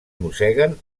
mosseguen